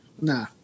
Nah